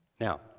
Now